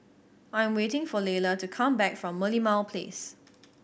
I am waiting for Layla to come back from Merlimau Place